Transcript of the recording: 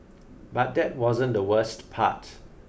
but that wasn't the worst part